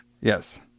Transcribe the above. Yes